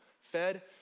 fed